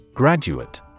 Graduate